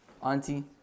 Auntie